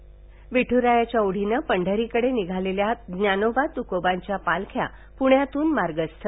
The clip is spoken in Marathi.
े विठ्रायाच्या ओढीन पंढरीकडे निघालेल्या ज्ञानोबा तुकोबांच्या पालख्या प्ण्यातून मार्गस्थ